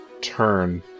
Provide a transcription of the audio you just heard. turn